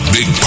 Big